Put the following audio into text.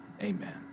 Amen